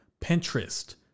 Pinterest